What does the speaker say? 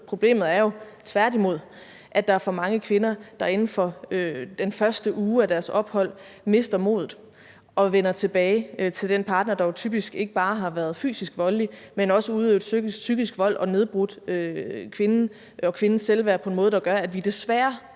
Problemet er jo tværtimod, at der er for mange kvinder, der inden for den første uge af deres ophold mister modet og vender tilbage til den partner, der jo typisk ikke bare har været fysisk voldelig, men også har udøvet psykisk vold og nedbrudt kvinden og kvindens selvværd på en måde, der gør, at vi desværre